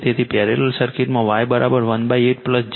તેથી પેરેલલ સર્કિટમાં Y18 j 6 18